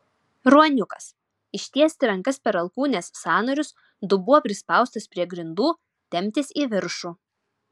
ruoniukas ištiesti rankas per alkūnės sąnarius dubuo prispaustas prie grindų temptis į viršų